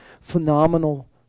phenomenal